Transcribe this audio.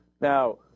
Now